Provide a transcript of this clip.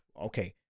Okay